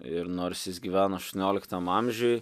ir nors jis gyveno aštuonioliktam amžiuj